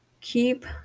Keep